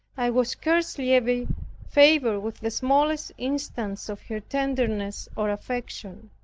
i was scarcely ever favored with the smallest instance of her tenderness or affection.